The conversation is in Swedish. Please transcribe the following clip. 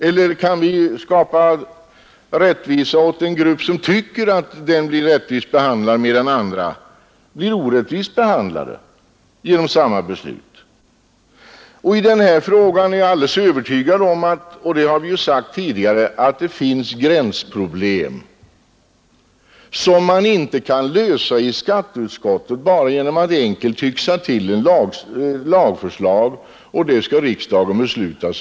Eller kan vi skapa rättvisa åt en grupp, medan andra blir orättvist behandlade genom samma beslut? Jag är alldeles övertygad om — och vi har också sagt det tidigare — att det i den här frågan finns gränsproblem som man inte kan lösa i skatteutskottet bara genom att enkelt yxa till ett lagförslag som riksdagen sedan skall besluta om.